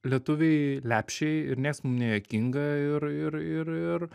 lietuviai lepšiai ir nieks mum nejuokinga ir ir ir ir